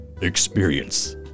Experience